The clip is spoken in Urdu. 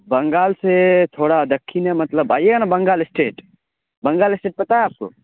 بنگال سے تھوڑا دکھن ہے مطلب آئیے نا بنگال اسٹیٹ بنگال اسٹیٹ پتہ ہے آپ کو